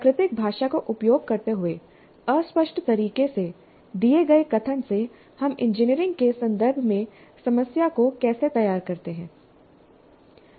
प्राकृतिक भाषा का उपयोग करते हुए अस्पष्ट तरीके से दिए गए कथन से हम इंजीनियरिंग के संदर्भ में समस्या को कैसे तैयार करते हैं